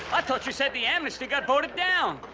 i thought you said the amnesty got voted down.